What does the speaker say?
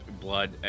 blood